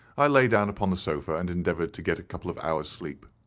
i lay down upon the sofa and endeavoured to get a couple of hours' sleep.